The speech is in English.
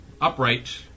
upright